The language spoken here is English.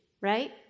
right